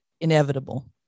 inevitable